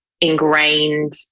ingrained